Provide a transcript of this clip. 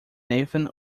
nathan